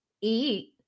eat